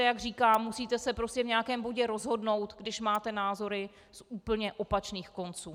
Jak říkám, musíte se prostě v nějakém bodě rozhodnout, když máte názory z úplně opačných konců.